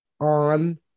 on